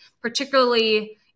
particularly